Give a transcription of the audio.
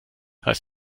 heißt